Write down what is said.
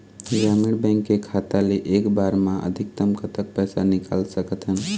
ग्रामीण बैंक के खाता ले एक बार मा अधिकतम कतक पैसा निकाल सकथन?